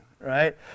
right